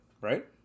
right